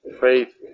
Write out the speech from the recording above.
faith